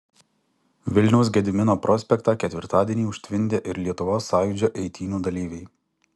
vilniaus gedimino prospektą ketvirtadienį užtvindė ir lietuvos sąjūdžio eitynių dalyviai